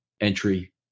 entry